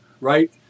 Right